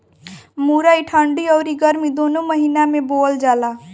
मुरई ठंडी अउरी गरमी दूनो महिना में बोअल जाला